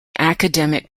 academic